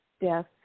death